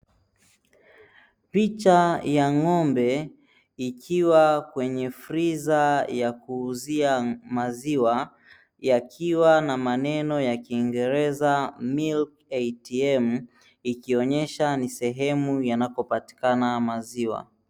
Picha ya ng'ombe ikiwa kwenye friza ya kuuzia maziwa yakiwa na maneno ya kingereza "Milk ATM" ikionyesha ni sehemu yanapopatikana maziwa.